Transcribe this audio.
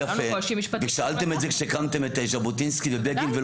ולנו קושי משפטי --- שאלתם את זה כשהקמתם את ז'בוטינסקי ובגין?